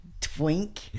twink